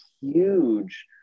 huge